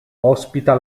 ospita